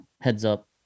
heads-up